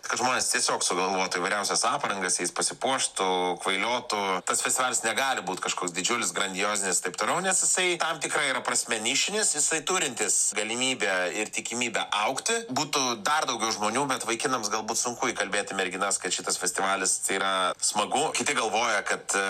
kad žmonės tiesiog sugalvotų įvairiausias aprangas jais pasipuoštų kvailiotų tas festivalis negali būt kažkoks didžiulis grandiozinis taip toliau nes jisai tam tikra yra prasme nišinis jisai turintis galimybę ir tikimybę augti būtų dar daugiau žmonių bet vaikinams galbūt sunku įkalbėti merginas kad šitas festivalis yra smagu kiti galvoja kad